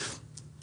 אכן כן.